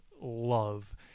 love